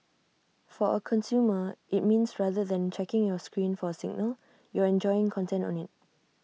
for A consumer IT means rather than checking your screen for A signal you're enjoying content on IT